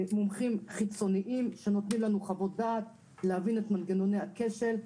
מומחים חיצוניים שנותנים לנו חוות דעת כדי להבין את מנגנוני הכשל,